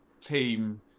team